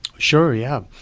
sure. yeah.